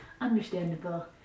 Understandable